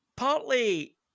Partly